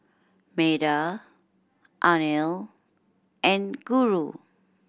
Medha Anil and Guru